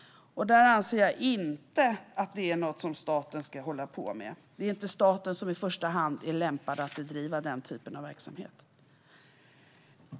Jag anser inte att detta är något som staten ska hålla på med. Det är inte staten som i första hand är lämpad att bedriva denna typ av verksamhet.